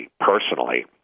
personally